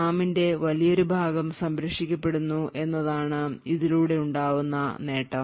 റാമിന്റെ വലിയൊരു ഭാഗം സംരക്ഷിക്കപ്പെടുന്നു എന്നതാണ് ഇതിലൂടെ ഉണ്ടാവുന്ന നേട്ടം